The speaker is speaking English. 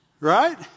Right